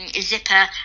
zipper